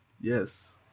Yes